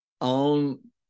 on